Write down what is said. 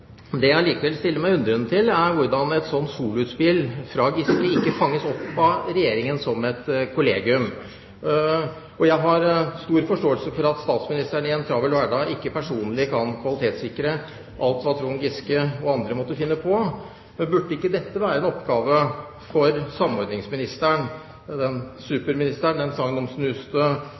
Det jeg allikevel stiller meg undrende til, er hvordan et sånt soloutspill fra Giske ikke fanges opp av Regjeringen som et kollegium. Jeg har stor forståelse for at statsministeren i en travel hverdag ikke personlig kan kvalitetssikre alt hva Trond Giske og andre måtte finne på. Men burde ikke dette være en oppgave for samordningsministeren, superministeren, den